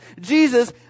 Jesus